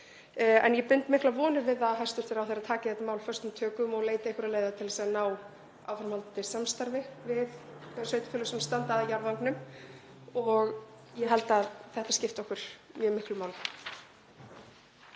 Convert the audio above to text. Ég bind miklar vonir við að hæstv. ráðherra taki þetta mál föstum tökum og leiti einhverra leiða til að ná áframhaldi samstarfi við þau sveitarfélög sem standa að jarðvangnum. Ég held að þetta skipti okkur mjög miklu máli.